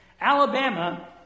Alabama